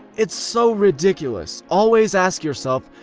it's so ridiculous! always ask yourself,